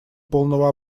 полного